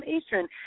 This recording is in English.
Eastern